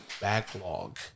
backlog